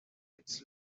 its